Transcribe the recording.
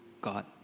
God